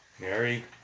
Mary